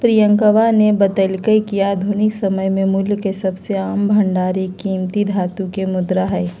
प्रियंकवा ने बतल्ल कय कि आधुनिक समय में मूल्य के सबसे आम भंडार एक कीमती धातु के मुद्रा हई